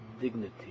dignity